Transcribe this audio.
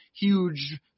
huge